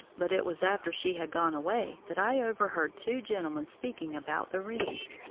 but it was after she had gone away that i overheard two gentlemen speaking about the rings.